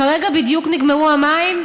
כרגע בדיוק נגמרו המים,